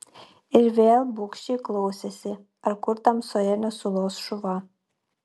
ir vėl bugščiai klausėsi ar kur tamsoje nesulos šuva